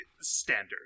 standard